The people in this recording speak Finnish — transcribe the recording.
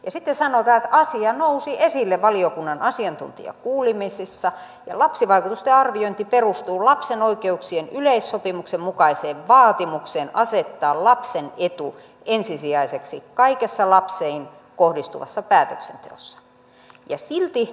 sitten sanotaan että asia nousi esille valiokunnan asiantuntijakuulemisissa ja että lapsivaikutusten arviointi perustuu lapsen oikeuksien yleissopimuksen mukaiseen vaatimukseen asettaa lapsen etu ensisijaiseksi kaikessa lapseen kohdistuvassa päätöksenteossa